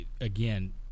again